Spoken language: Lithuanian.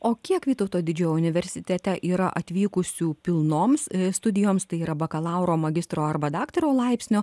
o kiek vytauto didžiojo universitete yra atvykusių pilnoms studijoms tai yra bakalauro magistro arba daktaro laipsnio